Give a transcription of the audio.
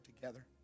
together